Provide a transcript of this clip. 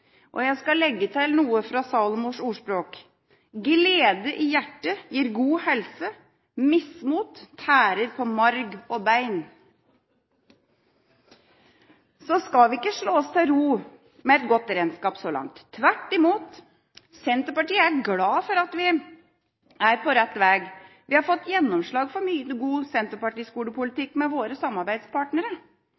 se.» Jeg skal legge til noe fra Salomos ordspråk: «Glede i hjertet gir god helse. Mismot tærer på marg og bein.» Så skal vi ikke slå oss til ro med et godt regnskap så langt? Tvert imot, Senterpartiet er glad for at vi er på rett vei. Vi har fått gjennomslag for mye god